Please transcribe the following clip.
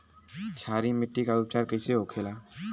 क्षारीय मिट्टी का उपचार कैसे होखे ला?